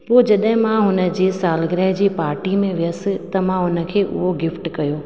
पोइ जॾहिं मां हुन जी सालगिरह जी पार्टी में वियसि त मां उन खे उहो गिफ्ट कयो